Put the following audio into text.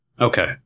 Okay